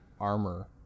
armor